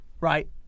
right